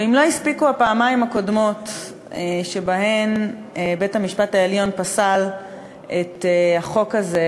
ואם לא הספיקו הפעמיים הקודמות שבהן בית-המשפט העליון פסל את החוק הזה,